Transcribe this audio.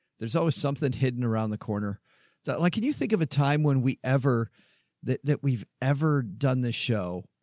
there's always something hidden around the corner that like, can you think of a time when we ever that that we've ever done this show.